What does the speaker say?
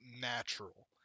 natural